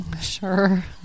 Sure